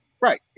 Right